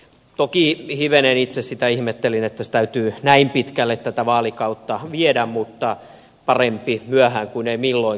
toki hivenen itse sitä ihmettelin että se täytyy näin pitkälle tätä vaalikautta viedä mutta parempi myöhään kuin ei milloinkaan